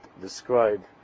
describe